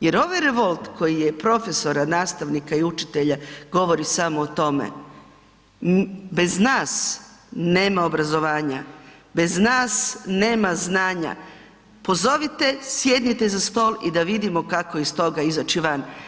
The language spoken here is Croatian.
jer ovaj revolt koji je profesora, nastavnika i učitelja govori samo o tome, bez nas nema obrazovanja, bez nas nema znanja, pozovite, sjednite za stol i da vidimo kako iz toga izaći van.